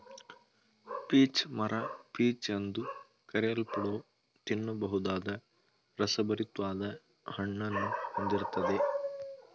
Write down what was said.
peach ಮರ peach ಎಂದು ಕರೆಯಲ್ಪಡೋ ತಿನ್ನಬಹುದಾದ ರಸಭರಿತ್ವಾದ ಹಣ್ಣನ್ನು ಹೊಂದಿರ್ತದೆ